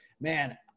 man